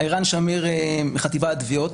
שמיר, חטיבת התביעות.